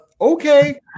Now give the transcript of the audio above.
okay